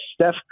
Steph